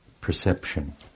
perception